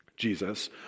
Jesus